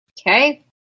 Okay